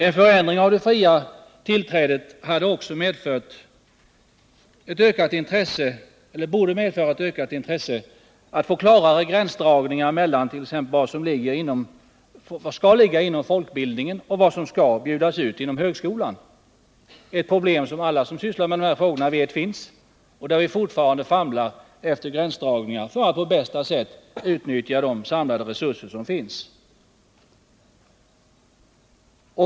En förändring av det fria tillträdet borde också medföra ett ökat intresse att få klarare gränsdragningar mellan t.ex. vad som skall ligga inom folkbildningen och vad som skall bjudas ut inom högskolan. Alla som sysslar med de här frågorna vet att det finns problem och att vi fortfarande famlar efter gränsdragningar för att på bästa sätt utnyttja de samlade resurser som finns.